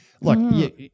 look